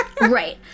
Right